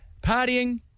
partying